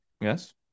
Yes